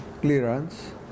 clearance